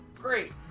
Great